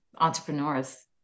entrepreneurs